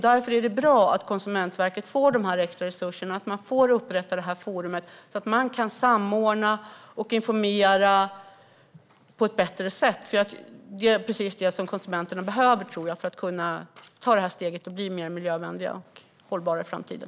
Därför är det bra att Konsumentverket får de extra resurserna och att man får upprätta detta forum så att man kan samordna och informera på ett bättre sätt. Det är precis det som konsumenterna behöver, tror jag, för att kunna ta steget och bli mer miljövänliga och handla mer hållbart i framtiden.